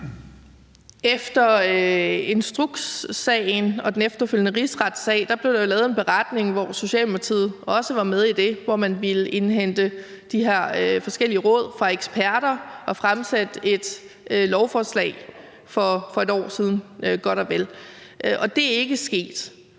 Efter instrukssagen og den efterfølgende rigsretssag blev der lavet en beretning, som Socialdemokratiet også var med i, og man ville indhente de her forskellige råd fra eksperter og fremsætte et lovforslag. Det var for et år siden godt og vel, og det er ikke sket.